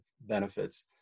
benefits